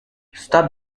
stop